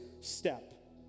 step